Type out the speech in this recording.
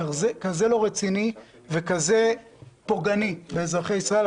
כזה לא רציני וכזה פוגעני באזרחי ישראל.